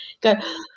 go